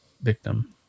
victim